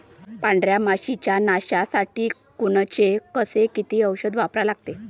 पांढऱ्या माशी च्या नाशा साठी कोनचं अस किती औषध वापरा लागते?